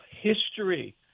history